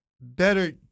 better